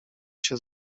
się